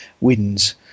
wins